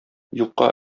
юкка